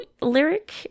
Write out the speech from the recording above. lyric